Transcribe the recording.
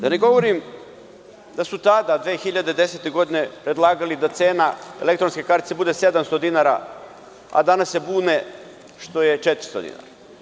Da ne govorim da su tada, 2010. godine predlagali da cena elektronske kartice bude 700 dinara, a danas se bune što je400 dinara.